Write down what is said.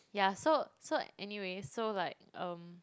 ya so so anyways so like um